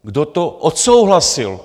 Kdo to odsouhlasil?